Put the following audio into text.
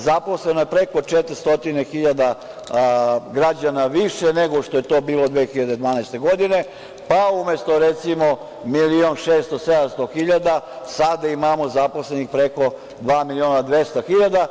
Zaposleno je preko 400.000 građana više nego što je to bilo 2012. godine, pa umesto, recimo, milion 600, 700 hiljada, sada imamo zaposlenih preko dva miliona 200 hiljada.